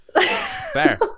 Fair